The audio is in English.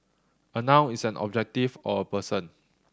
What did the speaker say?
a noun is an objective or a person